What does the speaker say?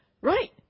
Right